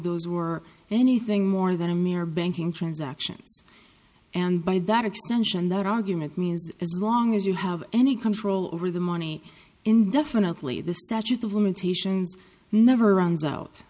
those were anything more than a mere banking transactions and by that extension that argument means as long as you have any control over the money indefinitely the statute of limitations never runs out